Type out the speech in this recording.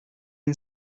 این